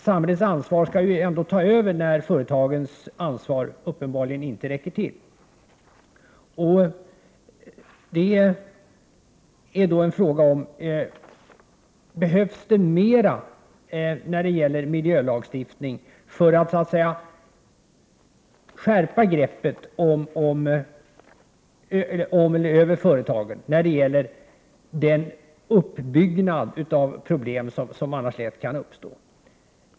Samhällets ansvar måste ju ändå ta över när företagens ansvar uppenbarligen inte räcker till. Frågan är då: Behövs det mer av miljölagstiftning för att skärpa greppet när det gäller företagens ansvar och på det sättet förhindra uppkomsten av problem som annars lätt uppstår?